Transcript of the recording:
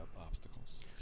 obstacles